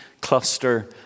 cluster